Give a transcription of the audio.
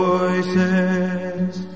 Voices